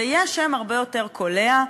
זה יהיה שם הרבה יותר קולע.